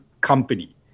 company